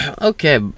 okay